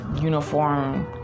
uniform